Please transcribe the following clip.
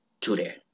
today